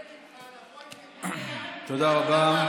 מיקי, תודה רבה.